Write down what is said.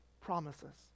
promises